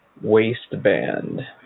waistband